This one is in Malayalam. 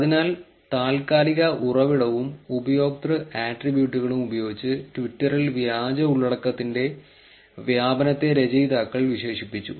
അതിനാൽ താൽക്കാലിക ഉറവിടവും ഉപയോക്തൃ ആട്രിബ്യൂട്ടുകളും ഉപയോഗിച്ച് ട്വിറ്ററിൽ വ്യാജ ഉള്ളടക്കത്തിന്റെ വ്യാപനത്തെ രചയിതാക്കൾ വിശേഷിപ്പിച്ചു